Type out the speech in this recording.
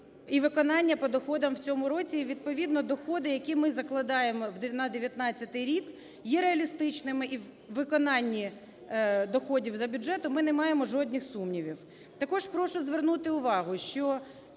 і виконання по доходам в цьому році, і відповідно доходи, які ми закладаємо на 19-й рік, є реалістичними, і у виконанні доходів до бюджету ми не маємо жодних сумнівів. Також прошу звернути увагу, що